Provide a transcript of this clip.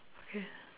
okay